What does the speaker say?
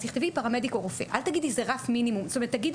אז תכתבי פרמדיק או רופא ואל תגידי שזה רף מינימום.